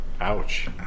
Ouch